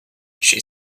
she